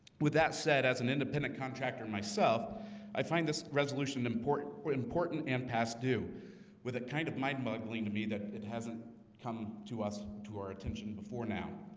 with that said as an independent contractor myself i find this resolution important important and pass due with a kind of mind-boggling to me that it hasn't come to us to our attention before now